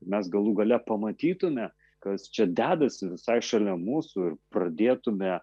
mes galų gale pamatytume kas čia dedasi visai šalia mūsų ir pradėtume